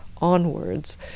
onwards